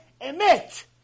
Emit